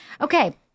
Okay